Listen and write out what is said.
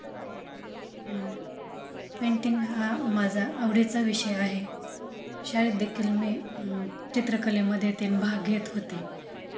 नाही ना पेंटिंग हा माझा आवडीचा विषय आहे शाळेतदेखील मी चित्रकलेमध्ये तेन भाग घेत होते